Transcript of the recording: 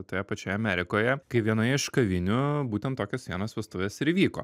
toje pačioje amerikoje kai vienoje iš kavinių būtent tokios vienos vestuvės ir įvyko